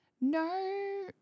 No